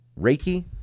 Reiki